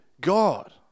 God